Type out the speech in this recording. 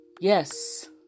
Yes